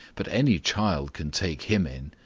but any child can take him in.